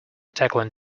tackling